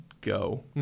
go